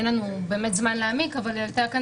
אין לנו באמת זמן להעמיק אבל היא עלתה כאן